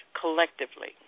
collectively